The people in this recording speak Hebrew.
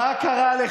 מה קרה?